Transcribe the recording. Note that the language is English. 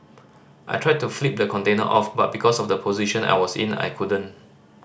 I tried to flip the container off but because of the position I was in I couldn't